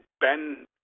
Ben